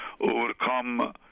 overcome